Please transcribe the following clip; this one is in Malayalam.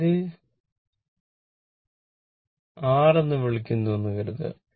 ഇത് r എന്ന് വിളിക്കണമെന്ന് കരുതുക